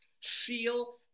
seal